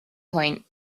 point